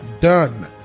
Done